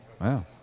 Wow